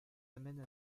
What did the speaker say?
amène